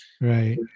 Right